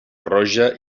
roja